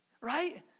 right